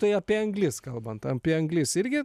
tai apie anglis kalbant apie anglis irgi